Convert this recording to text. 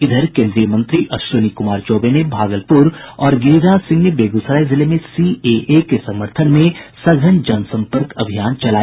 इधर केन्द्रीय मंत्री अश्विनी कुमार चौबे ने भागलपुर और गिरिराज सिंह ने बेगूसराय जिले में सीएए के समर्थन में जनसंपर्क अभियान चलाया